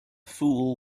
fool